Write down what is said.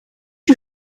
you